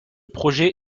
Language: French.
projet